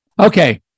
Okay